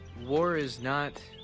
war is not,